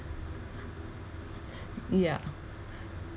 yeah